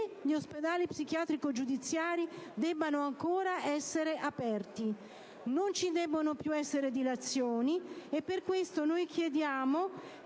gli ospedali psichiatrici giudiziari debbano ancora rimanere aperti. Non ci debbono essere più dilazioni e per questo noi chiediamo